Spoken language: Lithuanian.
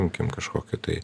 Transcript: imkim kažkokį tai